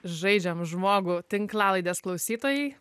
žaidžiam žmogų tinklalaidės klausytojai